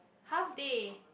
half day